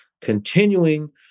continuing